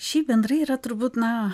šiaip bendrai yra turbūt na